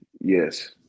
Yes